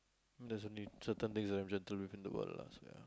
there's only certain days I'm gentle within the world lah so ya